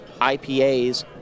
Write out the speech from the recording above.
IPAs